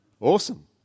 awesome